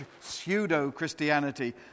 pseudo-Christianity